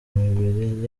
mibiri